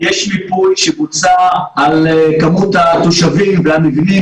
יש מיפוי שבוצע על כמות התושבים והמבנים